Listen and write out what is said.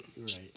Right